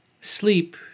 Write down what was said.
Sleep